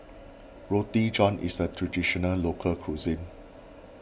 Roti John is a Traditional Local Cuisine